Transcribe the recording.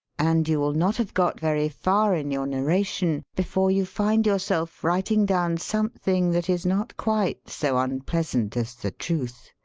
and you will not have got very far in your narration before you find yourself writing down something that is not quite so un pleasant as the truth,